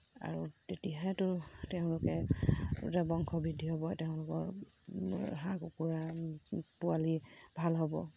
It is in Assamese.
আৰু তেতিয়াহেতো তেওঁলোকে বংশ বৃদ্ধি হ'ব তেওঁলোকৰ হাঁহ কুকুৰা পোৱালি ভাল হ'ব